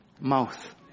mouth